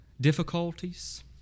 difficulties